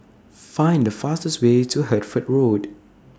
Find The fastest Way to Hertford Road